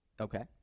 Okay